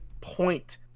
point